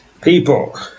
People